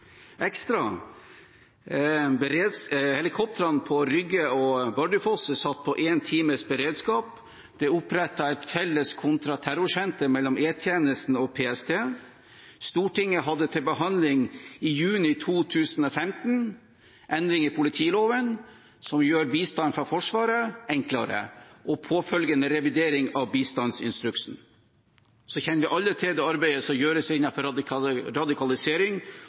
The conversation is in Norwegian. på Rygge og Bardufoss er satt på én times beredskap. Det er opprettet et felles kontraterrorsenter mellom E-tjenesten og PST. Stortinget hadde til behandling i juni 2015 endringer i politiloven, som gjør bistand fra Forsvaret enklere, og påfølgende revidering av bistandsinstruksen. Så kjenner vi alle til det arbeidet som gjøres innenfor radikalisering